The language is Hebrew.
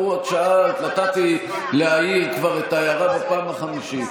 את שאלת, נתתי להעיר, לא דו-שיח.